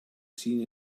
seen